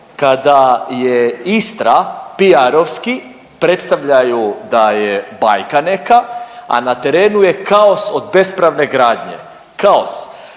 kada je Istra PR-ovski predstavljaju da je bajka neka, a na terenu je kaos od bespravne gradnje, kaos.